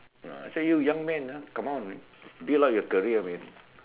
uh I say you young man ah come on build up your career man